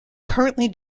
currently